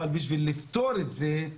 אבל בשביל לפתור את זה מהיסוד,